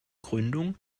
gründung